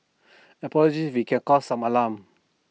apologies if we can caused some alarm